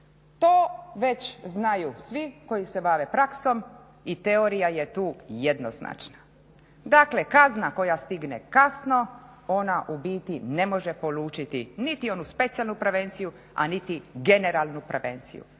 To već znaju svi koji se bave praksom i teorija je tu jednoznačna. Dakle, kazna koja stigne kasno ona u biti ne može polučiti niti onu specijalnu prevenciju, a niti generalnu prevenciju.